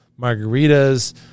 margaritas